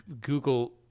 Google